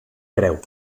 creu